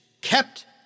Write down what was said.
Kept